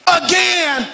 again